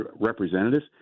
representatives